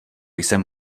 jsem